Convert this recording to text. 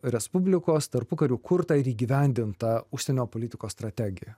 respublikos tarpukariu kurtą ir įgyvendintą užsienio politikos strategiją